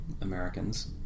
Americans